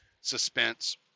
suspense